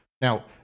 Now